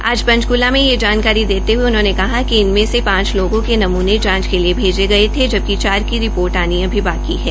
आज पंचकला में यह जानकारी देते हये उन्होंने कहा कि इनमें से पांच लोगों के नमूने जांच के लिए भेजे गये थे जबकि चार की रिपोर्ट अभी आनी बाकी है